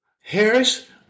Harris